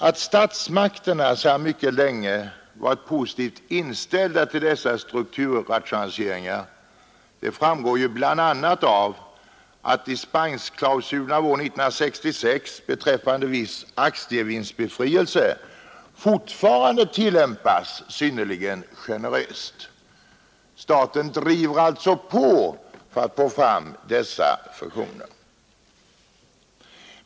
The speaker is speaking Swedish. Att statsmakterna mycket länge varit positivt inställda till dessa strukturrationaliseringar framgår ju bl.a. av att dispensklausulen av år 1966 beträffande viss aktievinstbefrielse fortfarande tillämpas synnerligen generöst. Staten driver alltså på för att få fram dessa fusioner.